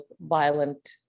violent